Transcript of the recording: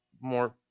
more